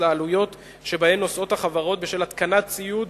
לעלויות שבהן נושאות החברות בשל התקנת ציוד